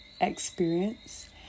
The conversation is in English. experience